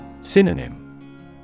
Synonym